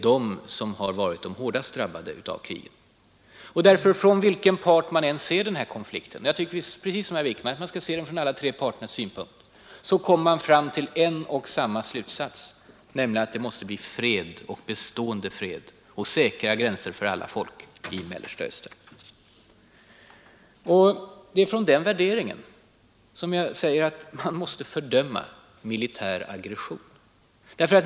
Från vilken parts sida man än ser den här konflikten — jag tycker precis som herr Wickman att man bör se den från alla tre parternas synpunkt — kommer man därför fram till en och samma slutsats: Det måste bli fred, och bestående fred, med säkra gränser för alla folk i Mellersta Östern. Det är från den värderingen som jag säger att man måste fördöma militär aggression.